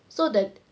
so the